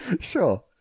Sure